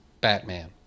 Batman